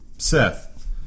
Seth